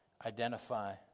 identify